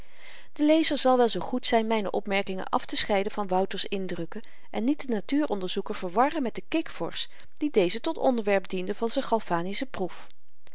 de lezer zal wel zoo goed zyn myne opmerkingen aftescheiden van wouter's indrukken en niet den natuuronderzoeker verwarren met den kikvorsch die dezen tot onderwerp diende van z'n galvanische proef